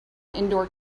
indoor